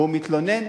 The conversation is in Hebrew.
והוא מתלונן,